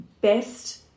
best